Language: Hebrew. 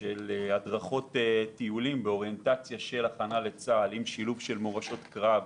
של הדרכות טיולים באוריינטציה של הכנה לצה"ל עם שילוב של מורשת קרב,